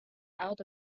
out